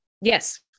Yes